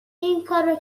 اینکارو